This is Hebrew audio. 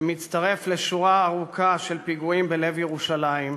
שמצטרף לשורה ארוכה של פיגועים בלב ירושלים,